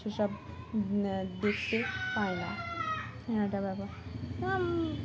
সেসব দেখতে পায় না ব্যাপার